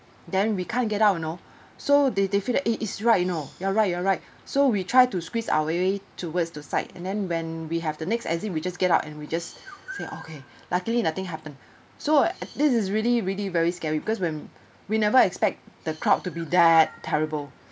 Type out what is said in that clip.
then we can't get out you know so they they feel that eh is right you know you're right you're right so we try to squeeze our way towards the side and then when we have the next exit we just get out and we just say okay luckily nothing happen so this is really really very scary because when we never expect the crowd to be that terrible